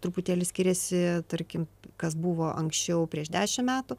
truputėlį skiriasi tarkim kas buvo anksčiau prieš dešimt metų